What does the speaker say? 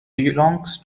belongs